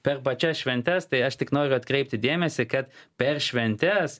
per pačias šventes tai aš tik noriu atkreipti dėmesį kad per šventes